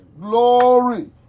Glory